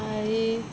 मागीर